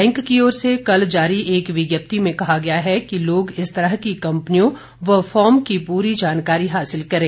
bank की ओर से कल जारी एक विज्ञप्ति में कहा गया है कि लोग इस तरह की कंपनीयों व फॉर्म की पूरी जानकारी हासिल करें